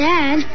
Dad